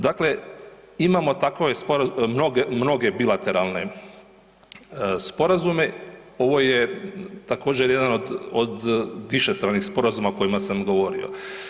Dakle, imamo takve .../nerazumljivo/... mnoge mnoge bilateralne sporazume, ovo je također, jedan od višestranih sporazuma o kojima sam govorio.